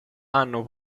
hanno